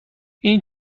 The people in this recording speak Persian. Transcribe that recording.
این